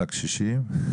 לקשישים?